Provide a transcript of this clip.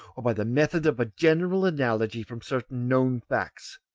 or by the method of general analogy from certain known facts.